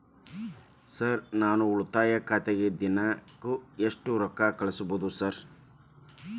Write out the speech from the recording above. Sir ನಾನು ಉಳಿತಾಯ ಖಾತೆಗೆ ದಿನಕ್ಕ ಎಷ್ಟು ರೊಕ್ಕಾ ಕಟ್ಟುಬಹುದು ಸರ್?